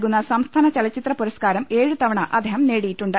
മികച്ച നൽകുന്ന സംസ്ഥാന ചലച്ചിത്ര പുരസ്കാരം ഏഴുതവണ അദ്ദേഹം നേടിയിട്ടുണ്ട്